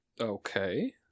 Okay